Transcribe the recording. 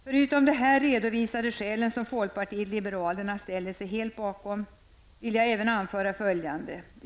Förutom de här redovisade skälen, som folkpartiet liberalerna ställer sig helt bakom, vill jag även anföra följande.